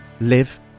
live